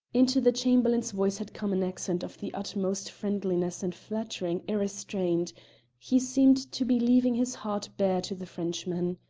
into the chamberlain's voice had come an accent of the utmost friendliness and flattering ir-restraint he seemed to be leaving his heart bare to the frenchman.